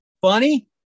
Funny